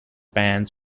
bands